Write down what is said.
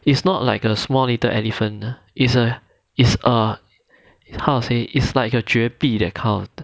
it's not like a small little elephant is a is err how to say it's like a 绝壁 that kind